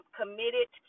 committed